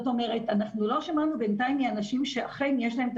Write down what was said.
לא שמענו בינתיים מאנשים שאכן יש להם את